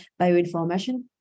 bioinformation